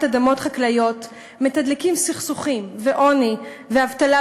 אדמות חקלאיות מתדלקים סכסוכים ועוני ואבטלה,